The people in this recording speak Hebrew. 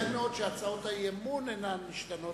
ייתכן מאוד שהצעות האי-אמון אינן משתנות,